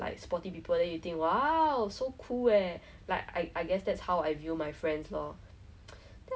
and like !wah! like so so irritating lah I guess but then in poly